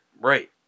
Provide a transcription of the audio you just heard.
Right